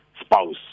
spouse